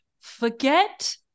forget